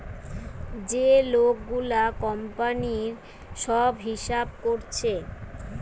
যে লোক গুলা কোম্পানির সব হিসাব কোরছে